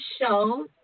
show